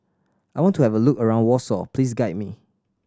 I want to have a look around Warsaw Please guide me